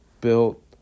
built